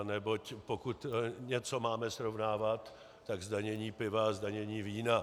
Neboť pokud něco máme srovnávat, tak zdanění piva a zdanění vína.